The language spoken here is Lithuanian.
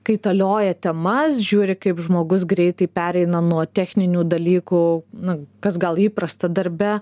kaitalioją temas žiūri kaip žmogus greitai pereina nuo techninių dalykų na kas gal įprasta darbe